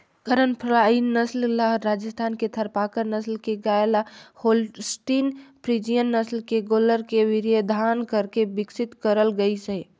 करन फ्राई नसल ल राजस्थान के थारपारकर नसल के गाय ल होल्सटीन फ्रीजियन नसल के गोल्लर के वीर्यधान करके बिकसित करल गईसे